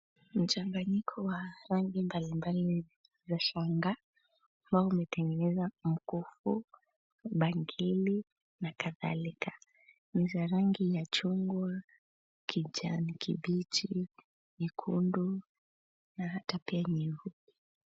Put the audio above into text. Mchanganyiko wa rangi mbali mbali vya shanga, ambao umetengeneza mkufu, bangili, na kadhalika. Ni za rangi ya chungwa, kijani kibichi, nyekundu, na hata pia nyeupe.